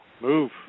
Move